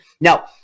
Now